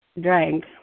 drank